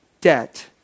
Debt